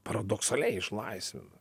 paradoksaliai išlaisvina